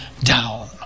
down